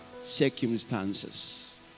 circumstances